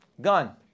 Gone